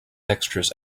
extras